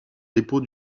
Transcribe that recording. dépôt